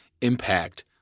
impact